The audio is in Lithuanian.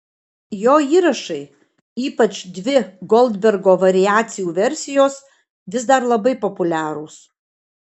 jo įrašai ypač dvi goldbergo variacijų versijos vis dar labai populiarūs